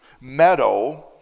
meadow